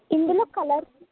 ఇందులో కలర్స్